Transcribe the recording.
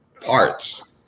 parts